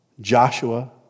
Joshua